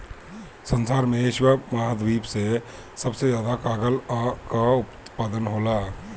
संसार में एशिया महाद्वीप से सबसे ज्यादा कागल कअ उत्पादन होला